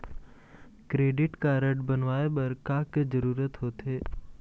Credit card बनवाए बर का के जरूरत होते?